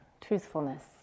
truthfulness